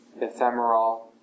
ephemeral